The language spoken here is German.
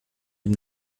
dem